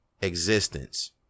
existence